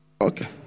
Okay